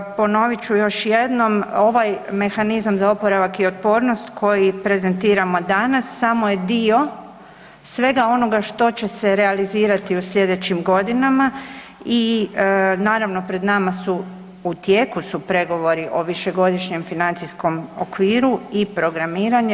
Ponovit ću još jednom, ovaj mehanizam za oporavak i otpornost koji prezentiramo danas, samo je dio svega onoga što će se realizirati u sljedećim godinama i naravno, pred nama su, u tijeku su pregovori o Višegodišnjem financijskom okviru i programiranje.